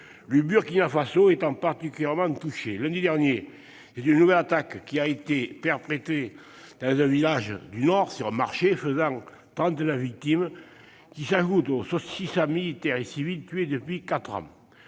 le Burkina Faso étant particulièrement touché. Lundi dernier, c'est une nouvelle attaque qui a été perpétrée dans un village du nord, sur un marché, faisant trente-neuf victimes, qui s'ajoutent aux 600 militaires et civils tués depuis quatre